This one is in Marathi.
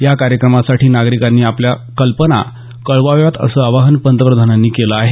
या कार्यक्रमासाठी नागरिकांनी आपल्या कल्पना कळवाव्यात असं आवाहन पंतप्रधानांनी केलं आहे